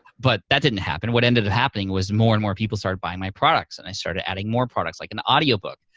but that didn't happen. what ended up happening was more and more people started buying my products. and i started adding more products, like an audiobook.